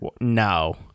No